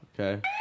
Okay